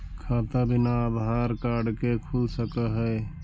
खाता बिना आधार कार्ड के खुल सक है?